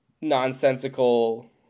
nonsensical